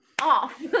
off